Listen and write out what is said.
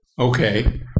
Okay